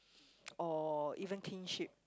or even kinship